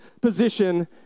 position